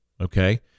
okay